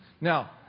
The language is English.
now